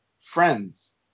friends